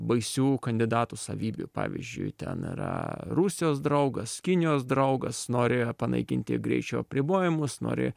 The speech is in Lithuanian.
baisių kandidatų savybių pavyzdžiui ten yra rusijos draugas kinijos draugas nori panaikinti greičio apribojimus nori